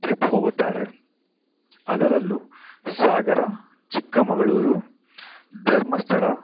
trip ಹೋಗುತ್ತಾರೆ ಅದರಲ್ಲು ಸಾಗರ ಚಿಕ್ಕಮಗಳೂರು ಧರ್ಮಸ್ಥಳ